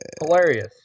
Hilarious